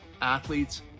athletes